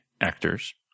actors